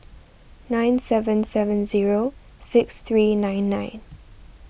nine seven seven zero six three nine nine